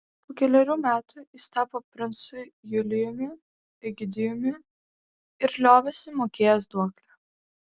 po kelerių metų jis tapo princu julijumi egidijumi ir liovėsi mokėjęs duoklę